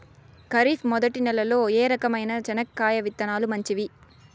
ఖరీఫ్ మొదటి నెల లో ఏ రకమైన చెనక్కాయ విత్తనాలు మంచివి